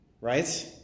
Right